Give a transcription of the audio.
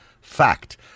Fact